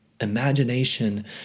Imagination